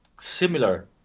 similar